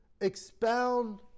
expound